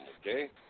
Okay